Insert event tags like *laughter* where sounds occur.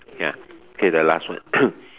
ya okay the last one *coughs*